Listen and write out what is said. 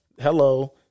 hello